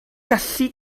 gallu